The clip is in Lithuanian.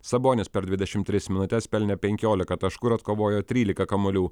sabonis per dvidešimt tris minutes pelnė penkiolika taškų ir atkovojo trylika kamuolių